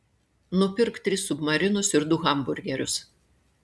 nupirk tris submarinus ir du hamburgerius